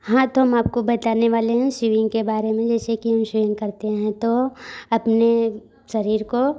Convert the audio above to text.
हाँ तो हम आपको बताने वाले हैं स्विमिंग के बारे में जैसे कि हम स्विमिंग करते हैं तो अपने शरीर को